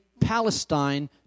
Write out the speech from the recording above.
Palestine